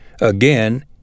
Again